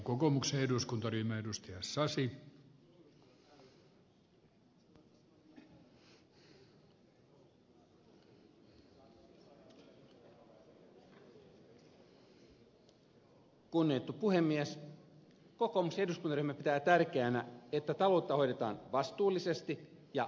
kokoomuksen eduskuntaryhmä pitää tärkeänä että taloutta hoidetaan vastuullisesti ja välittävästi